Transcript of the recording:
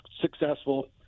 successful